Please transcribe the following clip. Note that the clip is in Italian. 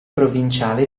provinciale